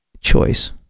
choice